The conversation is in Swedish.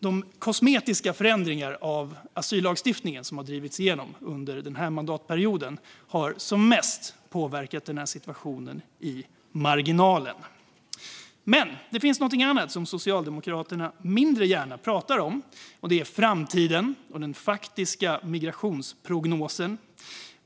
De kosmetiska förändringar av asyllagstiftningen som drivits igenom under mandatperioden har som mest påverkat situationen i marginalen. Men det finns något annat som Socialdemokraterna mindre gärna pratar om, och det är framtiden och den faktiska migrationsprognosen.